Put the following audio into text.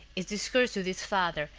his discourse with his father,